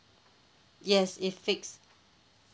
yes it's fixed